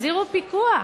תחזירו פיקוח,